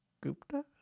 Gupta